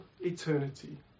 eternity